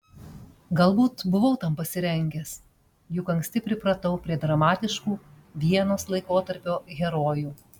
galbūt buvau tam pasirengęs juk anksti pripratau prie dramatiškų vienos laikotarpio herojų